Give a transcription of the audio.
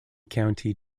county